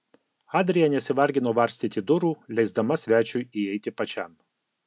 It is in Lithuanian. adrija nesivargino varstyti durų leisdama svečiui įeiti pačiam